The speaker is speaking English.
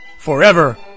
forever